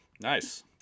Nice